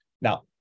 Now